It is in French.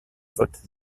vote